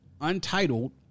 Untitled